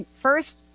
first